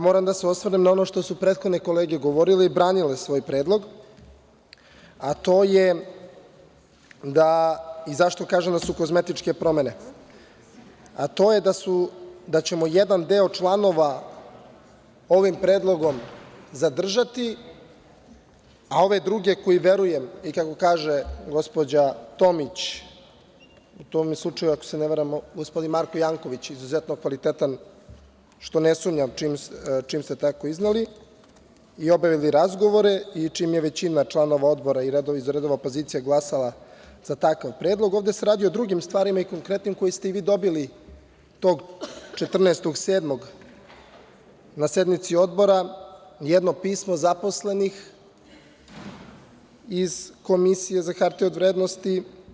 Moram da se osvrnem na ono što su prethodne kolege govorile i branile svoj predlog, a to je da, i zašto kažem da su kozmetičke promene, a to je da ćemo jedan deo članova ovim predlogom zadržati, a ove druge koje verujem, i kako kaže gospođa Tomić, u tom je slučaju gospodin Marko Janković izuzetno kvalitetan, što ne sumnjam čim ste tako izneli i obavili razgovore i čim je većina članova Odbora i iz redova opozicije glasala za takav predlog, ovde se radi o drugim stvarima i konkretnim koje ste i vi dobili tog 14. jula na sednici Odbora, jedno pismo zaposlenih iz Komisije za hartije od vrednosti.